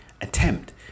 attempt